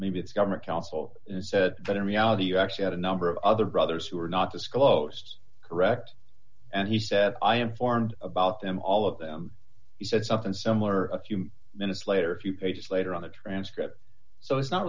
maybe the government counsel said that in reality you actually have a number of other brothers who are not as close correct and he said i am for and about them all of them he said something similar a few minutes later a few pages later on the transcript so it's not